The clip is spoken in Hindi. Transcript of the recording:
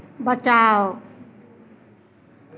बचाओ